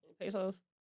Pesos